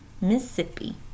Mississippi